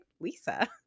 Lisa